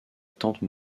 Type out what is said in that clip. tante